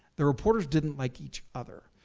the reporters didn't like each other.